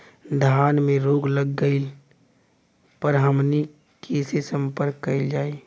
धान में रोग लग गईला पर हमनी के से संपर्क कईल जाई?